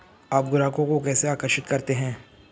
आप ग्राहकों को कैसे आकर्षित करते हैं?